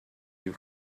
you